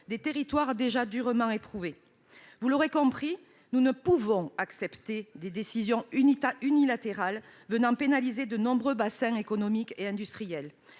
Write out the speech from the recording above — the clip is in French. des territoires déjà durement éprouvés. Vous l'avez compris : nous ne pouvons accepter des décisions unilatérales pénalisant de nombreux bassins économiques et industriels.